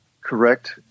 correct